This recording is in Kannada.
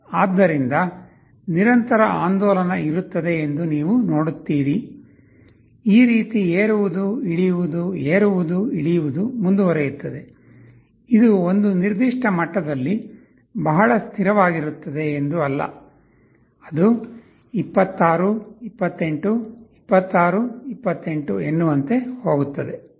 ಆದ್ದರಿಂದ ನಿರಂತರ ಆಂದೋಲನ ಇರುತ್ತದೆ ಎಂದು ನೀವು ನೋಡುತ್ತೀರಿ ಈ ರೀತಿ ಏರುವುದು ಇಳಿಯುವುದು ಏರುವುದು ಇಳಿಯುವುದು ಮುಂದುವರಿಯುತ್ತದೆ ಇದು ಒಂದು ನಿರ್ದಿಷ್ಟ ಮಟ್ಟದಲ್ಲಿ ಬಹಳ ಸ್ಥಿರವಾಗಿರುತ್ತದೆ ಎಂದು ಅಲ್ಲ ಅದು 26 28 26 28 ಎನ್ನುವಂತೆ ಹೋಗುತ್ತದೆ